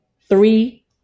Three